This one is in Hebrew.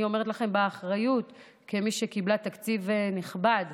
אני אומרת לכם באחריות, כמי שקיבלה תקציב נכבד